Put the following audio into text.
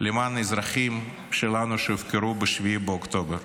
למען האזרחים שלנו שהופקרו ב-7 באוקטובר.